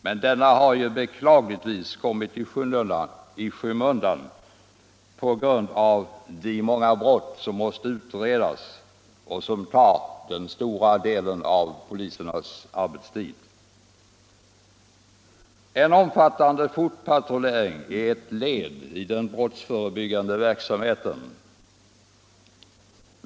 Men den har beklagligtvis kommit i skymundan på grund av de många brott som måste utredas och som tar den stora delen av polisernas arbetstid. En omfattande fotpatrullering är ett led i den brottsförebyggande verksamheten.